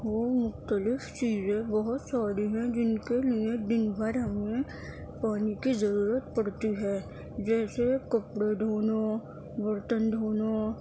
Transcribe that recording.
وہ مختلف چیزیں بہت ساری ہیں جن کے لیے دن بھر ہمیں پانی کی ضرورت پڑتی ہے جیسے کپڑے دھونا برتن دھونا